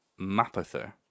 Mapother